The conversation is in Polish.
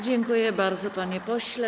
Dziękuję bardzo, panie pośle.